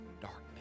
darkness